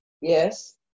Yes